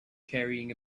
carrying